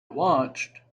watched